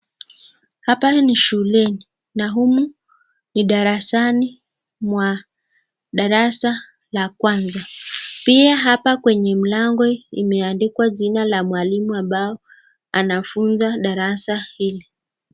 Hapa ni shuleni na humu ni darasani mwa darasa la kwanza pia hapa kwenye mlango imeandikwa jina la mwalimu ambaye anafunza darasa hili.